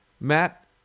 Matt